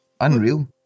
unreal